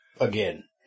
again